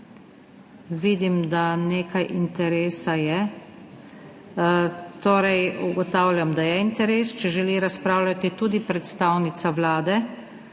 Vidim, da nekaj interesa je. Torej ugotavljam, da je interes. Če želi razpravljati tudi predstavnica Vlade